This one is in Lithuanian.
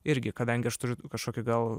irgi kadangi aš turiu kažkokį gal